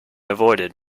avoided